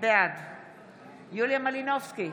בעד יוליה מלינובסקי,